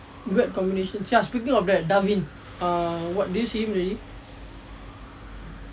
weird combination ya speaking of that ravin err what did you see him lately